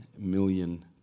million